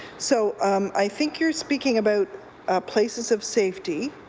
so um i think you're speaking about places of safety.